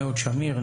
נאות שמיר,